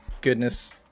goodness